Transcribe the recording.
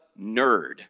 nerd